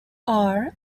are